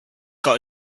got